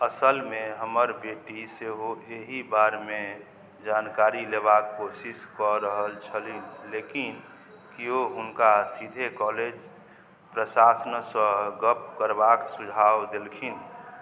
असलमे हमर बेटी सेहो एहि बारेमे जानकारी लेबाके कोशिश कऽ रहल छलीह लेकिन केओ हुनका सीधे कॉलेज प्रशासनसँ गप करबाक सुझाव देलखिन